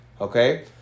okay